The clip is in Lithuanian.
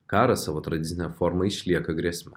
karas savo tradicine forma išlieka grėsme